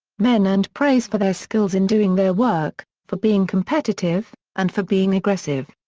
men earned praise for their skills in doing their work, for being competitive, and for being aggressive.